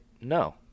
no